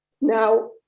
Now